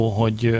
hogy